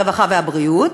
הרווחה והבריאות,